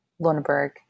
Lundberg